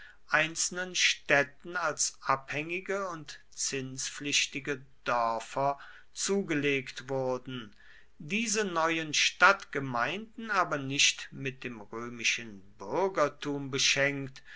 einzelnen städten als abhängige und zinspflichtige dörfer zugelegt wurden diese neuen stadtgemeinden aber nicht mit dem römischen bürgertum beschenkt